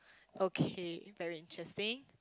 okay very interesting